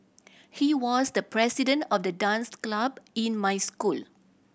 he was the president of the dance club in my school